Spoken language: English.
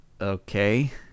okay